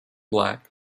black